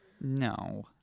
No